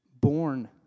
born